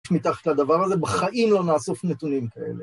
מתחת לדבר הזה בחיים לא נאסוף נתונים כאלה.